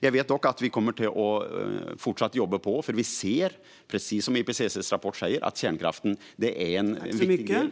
Jag vet dock att vi kommer att fortsätta att jobba på, för vi ser, precis som IPCC:s rapport säger, att kärnkraften är en viktig del.